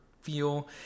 feel